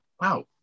Wow